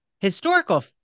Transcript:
historical